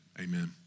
Amen